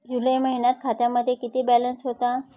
जुलै महिन्यात खात्यामध्ये किती बॅलन्स होता?